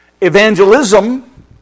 Evangelism